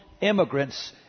immigrants